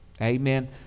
Amen